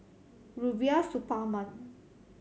Rubiah Suparman